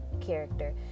character